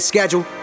Schedule